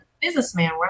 businessman